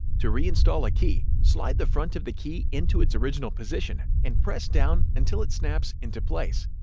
to reinstall a key, slide the front of the key into its original position and press down until it snaps into place.